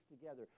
together